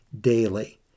daily